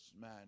man